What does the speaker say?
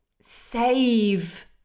save